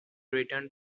returned